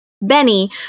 Benny